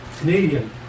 Canadian